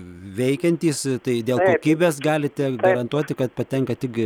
veikiantys tai dėl apkibęs galite garantuoti kad patenka tik